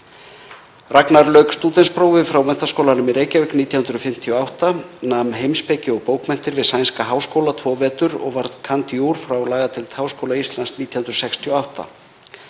Ragnar lauk stúdentsprófi frá Menntaskólanum í Reykjavík 1958, nam heimspeki og bókmenntir við sænska háskóla tvo vetur og varð cand. jur. frá lagadeild Háskóla Íslands 1968.